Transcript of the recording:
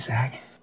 Zach